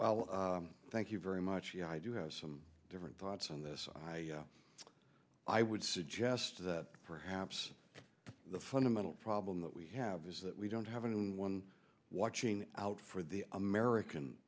well thank you very much you know i do have some different thoughts on this i would suggest that perhaps the fundamental problem that we have is that we don't have any one watching out for the american